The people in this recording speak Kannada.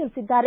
ತಿಳಿಸಿದ್ದಾರೆ